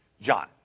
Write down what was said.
John